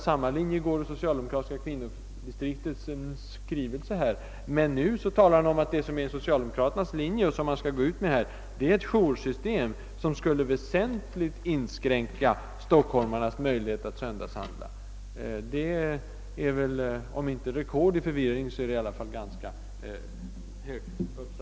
Socialdemokratiska kvinnodistriktet är i sin skrivelse inne på ungefär samma linje, men nu uppger herr Lindkvist att socialdemokraternas linje innebär ett joursystem som väsentligt skulle inskränka stockholmarnas möjligheter att söndagshandla. Detta är väl om inte rekord i förvirring så åtmistone ganska nära.